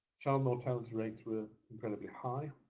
child mortality rates were incredibly high